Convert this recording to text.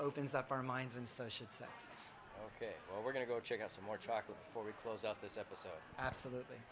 opens up our minds and so should say ok well we're going to go check out some more chocolate for we close out this episode absolutely